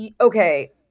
Okay